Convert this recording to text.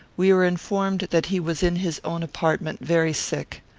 we were informed that he was in his own apartment, very sick.